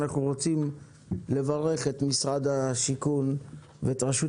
אנחנו רוצים לברך את משרד הבינוי והשיכון ואת רשות